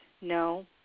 no